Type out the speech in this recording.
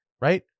right